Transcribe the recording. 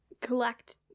collect